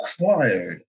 required